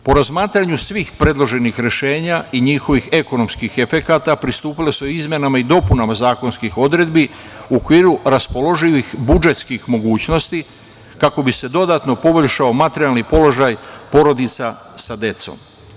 Po razmatranju svih predloženih rešenja i njihovih ekonomskih efekata pristupilo se izmenama i dopunama zakonskih odredbi u okviru raspoloživih budžetskih mogućnosti, kako bi se dodatno poboljšao materijalni položaj porodica sa decom.